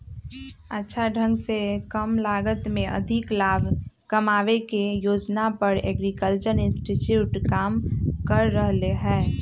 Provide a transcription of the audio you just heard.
अच्छा ढंग से कम लागत में अधिक लाभ कमावे के योजना पर एग्रीकल्चरल इंस्टीट्यूट काम कर रहले है